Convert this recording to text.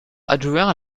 adjoint